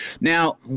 Now